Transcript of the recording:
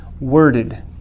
worded